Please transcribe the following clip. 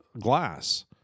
glass